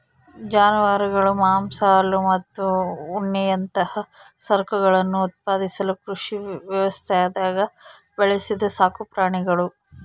ಜಾನುವಾರುಗಳು ಮಾಂಸ ಹಾಲು ಮತ್ತು ಉಣ್ಣೆಯಂತಹ ಸರಕುಗಳನ್ನು ಉತ್ಪಾದಿಸಲು ಕೃಷಿ ವ್ಯವಸ್ಥ್ಯಾಗ ಬೆಳೆಸಿದ ಸಾಕುಪ್ರಾಣಿಗುಳು